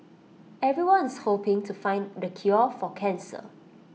everyone's hoping to find the cure for cancer